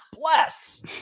bless